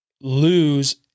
lose